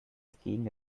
skiing